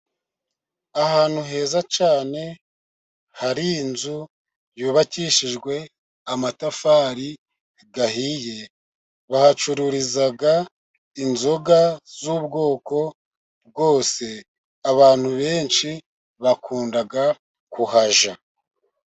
Ahantu heza cyane hari inzu yubakishijwe amatafari ahiye, bahacururiza inzoga z'ubwoko bwose, abantu benshi bakunda kuhajya.